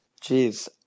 Jeez